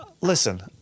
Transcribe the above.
Listen